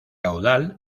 caudal